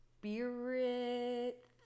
spirit